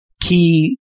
key